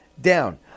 down